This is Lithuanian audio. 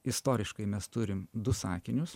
istoriškai mes turim du sakinius